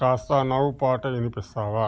కాస్త నవ్ పాట వినిపిస్తావా